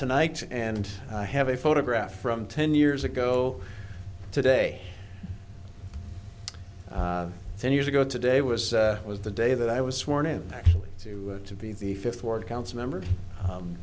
tonight and i have a photograph from ten years ago today ten years ago today was it was the day that i was sworn in actually to to be the fifth ward council member